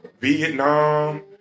Vietnam